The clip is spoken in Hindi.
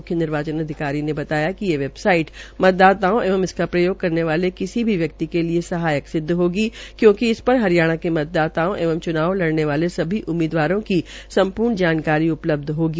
मुख्य निर्वाचन अधिकारी ने कहा कि यह वैबसाईट मतदाताओं एवं इसका प्रयोग करने वाले किसी के लिए सहायक सिद्ध होगी क्योकि इस पर हरियाणा के मतदाताओं एवं च्नाव लड़ने वाले सभी उम्मीदवारों की सम्पूर्ण जानकारी उपलब्ध रहेगी